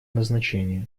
назначения